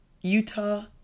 Utah